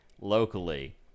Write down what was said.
locally